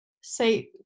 say